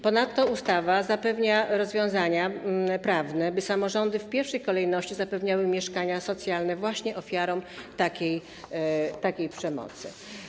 Ponadto ustawa zapewnia rozwiązania prawne, by samorządy w pierwszej kolejności zapewniały mieszkania socjalne właśnie ofiarom takiej przemocy.